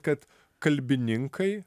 kad kalbininkai